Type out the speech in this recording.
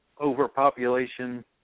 overpopulation